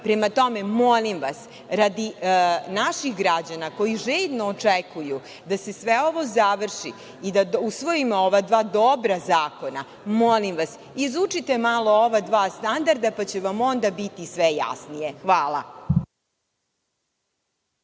dođe. Prema tome, molim vas, radi naših građana koji željno očekuju da se sve ovo završi i da usvojimo ova dva dobra zakona, molim vas, izučite malo ova dva standarda pa će vam onda biti sve jasnije. Hvala.